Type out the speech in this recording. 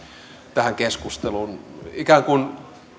tähän keskusteluun ikään kuin